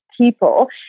people